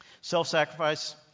Self-sacrifice